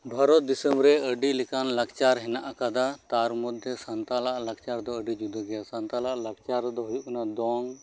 ᱵᱷᱟᱨᱚᱛ ᱫᱤᱥᱚᱢ ᱨᱮ ᱟᱰᱤ ᱞᱮᱠᱟᱱ ᱞᱟᱠᱪᱟᱨ ᱦᱮᱱᱟᱜ ᱠᱟᱫᱟ ᱛᱟᱨ ᱢᱚᱫᱽᱫᱷᱮ ᱥᱟᱱᱛᱟᱞᱟᱜ ᱞᱟᱠᱪᱟᱨ ᱫᱚ ᱟᱰᱤ ᱡᱩᱫᱟᱹ ᱜᱮᱭᱟ ᱥᱟᱱᱛᱟᱞᱟᱜ ᱞᱟᱠᱪᱟᱨ ᱨᱮᱫᱚ ᱦᱩᱭᱩᱜ ᱠᱟᱱᱟ ᱫᱚᱝ